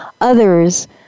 others